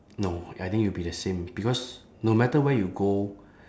no I think it'll be the same because no matter where you go